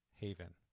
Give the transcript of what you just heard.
Haven